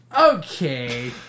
Okay